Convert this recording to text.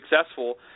successful